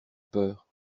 peur